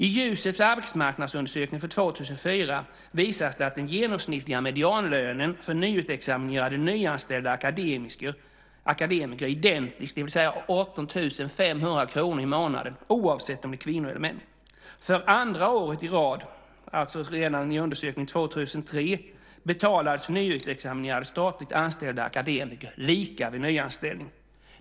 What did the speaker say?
I Juseks arbetsmarknadsundersökning för 2004 visas att den genomsnittliga medianlönen för nyutexaminerade nyanställda akademiker är identisk, det vill säga 18 500 kr i månaden, oavsett om det är kvinnor eller män. För andra året i rad, alltså redan 2003 enligt undersökning, betalades nyutexaminerade statligt anställda akademiker lika vid nyanställning.